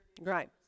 Right